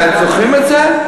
זוכרים את זה?